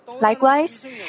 Likewise